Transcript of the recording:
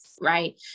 right